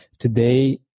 Today